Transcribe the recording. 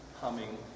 humming